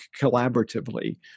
collaboratively